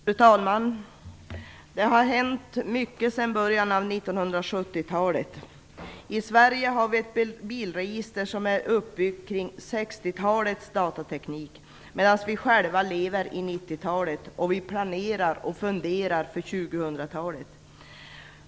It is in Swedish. Fru talman! Det har hänt mycket sedan början av 1970-talet. I Sverige har vi ett bilregister som är uppbyggt kring 1960-talets datateknik, medan vi själva lever i 90-talet och planerar för 2000-talet.